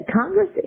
Congress